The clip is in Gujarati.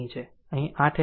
અને આ 8